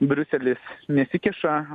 briuselis nesikiša